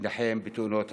תאונות הדרכים.